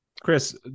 chris